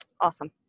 Awesome